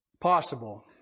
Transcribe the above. possible